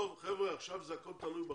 טוב, חבר'ה, אז עכשיו זה הכול תלוי בכם.